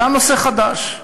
עלה נושא חדש,